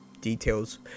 details